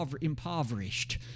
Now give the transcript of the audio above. impoverished